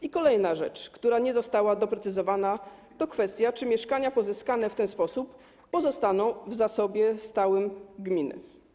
I kolejna rzecz, która nie została doprecyzowana, to kwestia, czy mieszkania pozyskane w ten sposób pozostaną w zasobie stałym gmin.